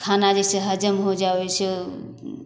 खाना जाहिसँ हजम हो जाइ ओहिसँ